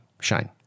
Shine